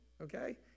okay